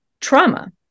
Trauma